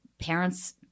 parents